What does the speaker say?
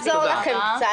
אעזור לכם קצת.